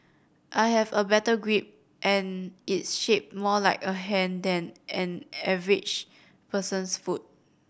I have a better grip and it's shaped more like a hand than an average person's foot